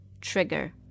trigger